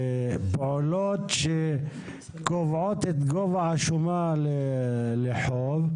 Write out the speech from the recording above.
לפעולות שקובעות את גובה השומה לחוב,